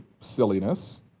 silliness